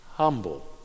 humble